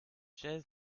chaise